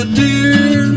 dear